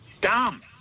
dumb